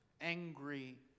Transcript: angry